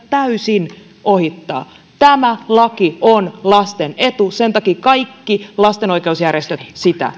täysin ohittavat tämä laki on lasten etu sen takia kaikki lastenoikeusjärjestöt sitä